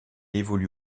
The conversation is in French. évolue